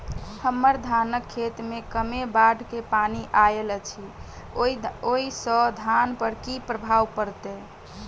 हम्मर धानक खेत मे कमे बाढ़ केँ पानि आइल अछि, ओय सँ धान पर की प्रभाव पड़तै?